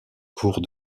cours